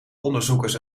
onderzoekers